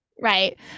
Right